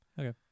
okay